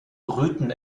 brüten